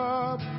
up